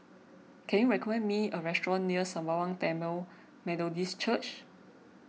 can you recommend me a restaurant near Sembawang Tamil Methodist Church